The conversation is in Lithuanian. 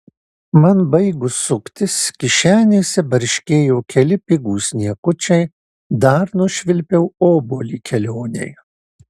man baigus suktis kišenėse barškėjo keli pigūs niekučiai dar nušvilpiau obuolį kelionei